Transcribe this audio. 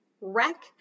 Wreck